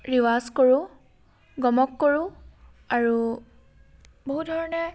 ৰিৱাজ কৰো গমক কৰোঁ আৰু বহুধৰণে